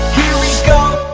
we go,